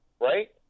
Right